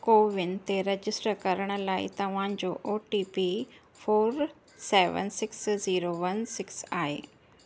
CoWIN ते register करण लाइ तव्हां जो O T P four seven six zero one six आहे